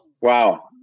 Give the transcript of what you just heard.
Wow